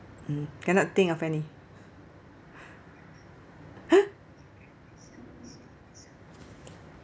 mm cannot think of any